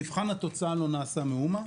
ובמבחן התוצאה לא נעשה מאומה,